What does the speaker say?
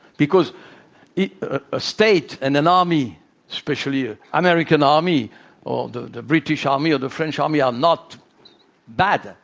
because a state and an army especially ah american army or the the british army or the french army are not bad.